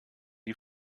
die